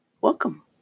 welcome